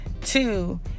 Two